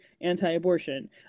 anti-abortion